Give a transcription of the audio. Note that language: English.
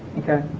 okay